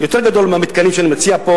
יותר גדול מהמתקנים שאני מציע פה